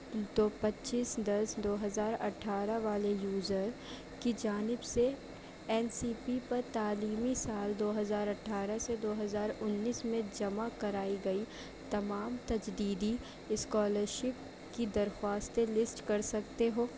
دو پچیس دس دو ہزار اٹھارہ والے یوزر کی جانب سے این سی پی پر تعلیمی سال دو ہزار اٹھارہ سے دو ہزار انیس میں جمع کرائی گئی تمام تجدیدی اسکالرشپ کی درخواستیں لسٹ کر سکتے ہو